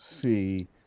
see